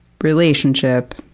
relationship